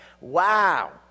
Wow